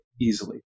easily